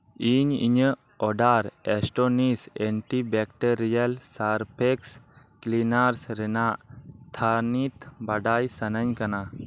ᱤᱧ ᱤᱧᱟᱜ order Astonish antibacterial surface cleaner ᱨᱮᱱᱟᱜ ᱛᱷᱟᱱᱤᱛ ᱵᱟᱰᱟᱭ ᱥᱟᱹᱱᱟᱹᱧ ᱠᱟᱱᱟ